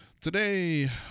Today